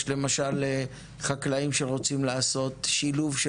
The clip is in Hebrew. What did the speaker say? יש למשל חקלאים שרוצים לעשות שילוב של